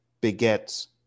begets